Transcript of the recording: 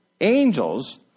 Angels